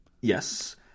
Yes